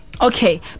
Okay